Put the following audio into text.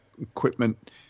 equipment